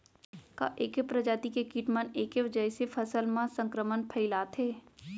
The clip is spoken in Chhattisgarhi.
का ऐके प्रजाति के किट मन ऐके जइसे फसल म संक्रमण फइलाथें?